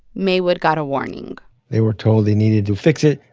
maywood got a warning they were told they needed to fix it.